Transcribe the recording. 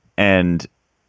and.